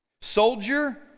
Soldier